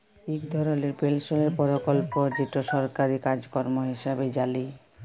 ইক ধরলের পেলশলের পরকল্প যেট সরকারি কার্যক্রম হিঁসাবে জালি